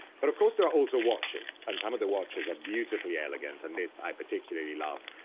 but, of course, there are also watches, and some of the watches are beautifully elegant. and this i particularly love.